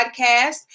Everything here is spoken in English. podcast